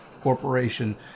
corporation